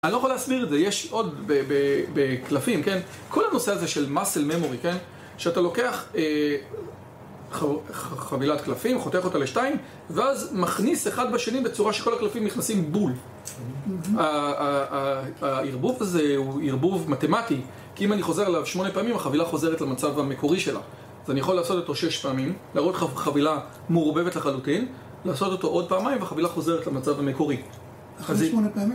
אני לא יכול להסביר את זה, יש עוד בקלפים, כן? כל הנושא הזה של muscle memory, כן? שאתה לוקח חבילת קלפים, חותך אותה לשתיים ואז מכניס אחד בשני בצורה שכל הקלפים נכנסים בול הערבוב הזה הוא ערבוב מתמטי כי אם אני חוזר עליו שמונה פעמים, החבילה חוזרת למצב המקורי שלה אז אני יכול לעשות אותו שש פעמים, להראות חבילה מעורבבת לחלוטין לעשות אותו עוד פעמיים, והחבילה חוזרת למצב המקורי אחרי שמונה פעמים